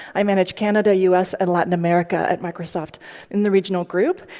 i manage canada, us, and latin america at microsoft in the regional group.